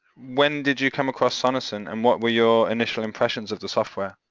when did you come across sonocent and what were your initial impressions of the software?